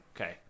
Okay